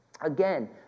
Again